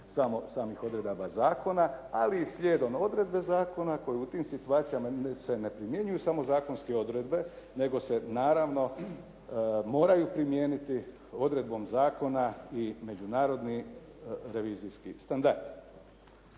samih odredaba zakona, ali i slijedom odredbe zakona koji u tim situacijama se ne primjenjuju samo zakonske odredbe, nego se naravno moraju primijeniti odredbom zakona i međunarodni revizijski standard.